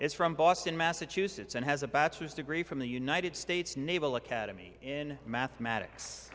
is from boston massachusetts and has a bachelor's degree from the united states naval academy in mathematics